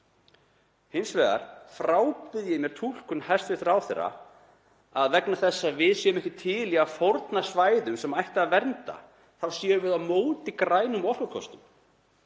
Hins vegar frábið ég mér túlkun hæstv. ráðherra að vegna þess að við séum ekki til í að fórna svæðum sem ætti að vernda þá séum við á móti grænum orkukostum.